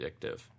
addictive